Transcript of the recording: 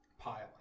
Pile